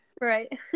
right